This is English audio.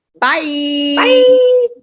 bye